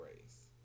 Race